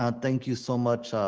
ah thank you so much,